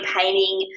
painting